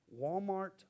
Walmart